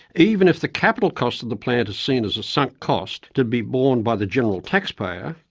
even if the capital cost of the plant is seen as a sunk cost, to be borne by the general taxpayer,